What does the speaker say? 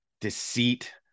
deceit